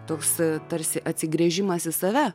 toks tarsi atsigręžimas į save